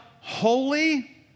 holy